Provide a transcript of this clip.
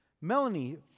Melanie